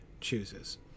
chooses